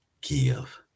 give